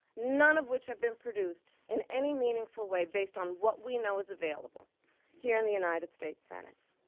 none of which have been produced in any meaningful way based on what we know is available here in the united states senate.